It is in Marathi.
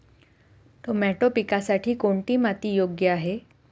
टोमॅटो पिकासाठी कोणती माती योग्य आहे?